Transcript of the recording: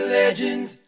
legends